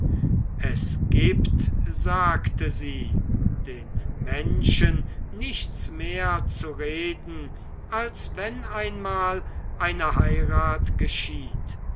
es gibt sagte sie den menschen nichts mehr zu reden als wenn einmal eine heirat geschieht